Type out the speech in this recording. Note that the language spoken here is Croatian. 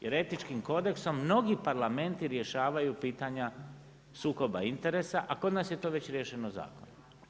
Jer etičkim kodeksom, mnogi parlamenti rješavaju pitanje sukoba interesa, a kod nas je to već riješeno zakonom.